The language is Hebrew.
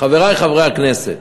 חברי חברי הכנסת,